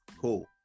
cool